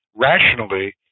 Rationally